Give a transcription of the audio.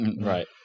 Right